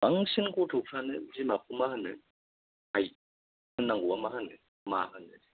बांसिन गथ'फ्रानो बिमाखौ मा होनो आइ होन्नांगौआ मा होनो मा होनो